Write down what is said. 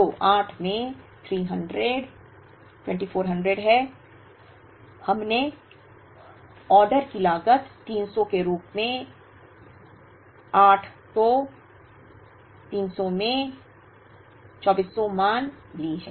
तो 8 में 300 2400 है हमने ऑर्डर की लागत 300 के रूप में 8 तो 300 में 2400 मान ली है